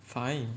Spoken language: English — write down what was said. fine